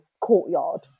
courtyard